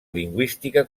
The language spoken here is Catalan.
lingüística